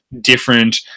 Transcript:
different